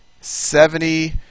seventy